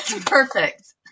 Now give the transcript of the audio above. perfect